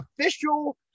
official